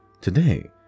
Today